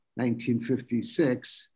1956